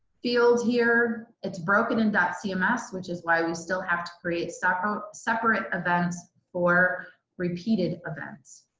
field here. it's broken in dotcms, which is why we still have to create separate separate events for repeated events.